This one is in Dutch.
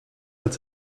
met